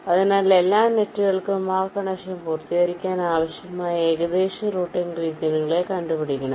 അതിനാൽ എല്ലാ നെറ്റുകൾക്കും ആ കണക്ഷൻ പൂർത്തീകരിക്കാൻ ആവശ്യമായ ഏകദേശ റൂട്ടിംഗ് റീജിയനുകളെ കണ്ടുപിടിക്കണം